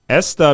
sw